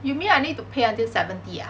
you mean I need to pay until seventy ah